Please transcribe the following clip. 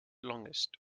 longest